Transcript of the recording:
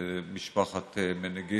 ביקרתי בשבוע שעבר את משפחת מנגיסטו,